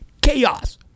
chaos